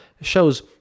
shows